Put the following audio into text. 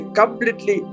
completely